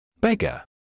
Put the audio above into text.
beggar